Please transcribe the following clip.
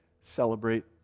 celebrate